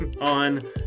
on